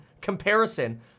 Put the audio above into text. comparison